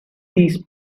these